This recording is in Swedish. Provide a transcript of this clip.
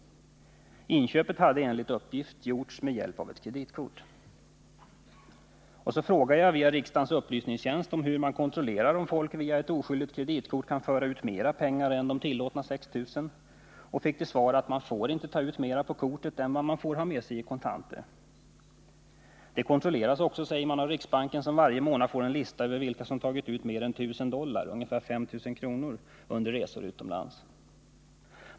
Inköpet hade enligt uppgift gjorts . med hjälp av ett kreditkort. Jag frågade då riksdagens upplysningstjänst hur man kan kontrollera om folk via ett oskyldigt kreditkort kan föra ut ett större belopp än det tillåtna på 6 000 kr. och fick till svar att man inte får ta ut mer pengar på kreditkortet än man får ha med sig i kontanter samt att kontroll sker via riksbanken, som varje månad får en lista över vilka personer som tagit ut mer än 1 000 dollar, ungefär 5 000 kr., för resor utomlands.